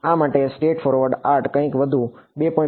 આ માટે state of art કંઈક વધુ 2